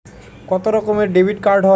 কত রকমের ডেবিটকার্ড হয়?